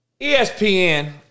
ESPN